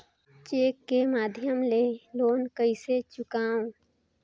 Cheque के माध्यम ले लोन कइसे चुकांव?